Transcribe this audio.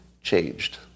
changed